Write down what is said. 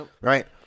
right